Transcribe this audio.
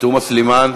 תומא סלימאן.